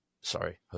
Sorry